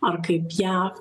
ar kaip jav